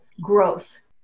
growth